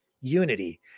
Unity